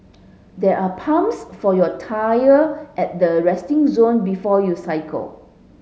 there are pumps for your tyre at the resting zone before you cycle